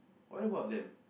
what about them